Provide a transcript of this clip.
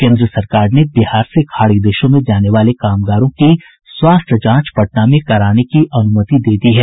केंद्र सरकार ने बिहार से खाड़ी देशों में जाने वाले कामगारों की स्वास्थ्य जांच पटना में कराने की अनुमति दे दी है